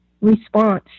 response